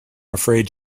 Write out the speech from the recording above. afraid